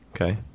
Okay